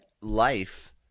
life